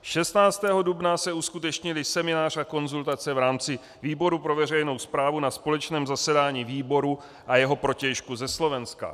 16. dubna se uskutečnily seminář a konzultace v rámci výboru pro veřejnou správu na společném zasedání výboru a jeho protějšku ze Slovenska.